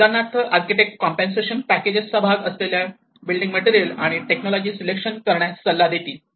उदाहरणार्थ architect compensation packages चा भाग असलेल्या बिल्डींग मटेरियल आणि टेक्नॉलॉजी सिलेक्शन करण्यास सल्ला देतील